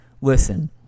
Listen